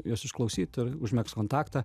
juos išklausyt ir užmegzt kontaktą